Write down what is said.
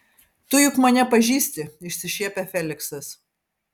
tu juk mane pažįsti išsišiepia feliksas